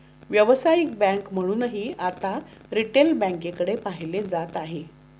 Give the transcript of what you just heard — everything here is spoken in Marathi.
व्यावसायिक बँक म्हणूनही आता रिटेल बँकेकडे पाहिलं जात आहे